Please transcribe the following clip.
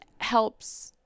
helps